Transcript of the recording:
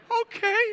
okay